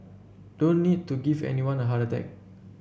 don't need to give anyone a heart attack